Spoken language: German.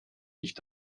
nicht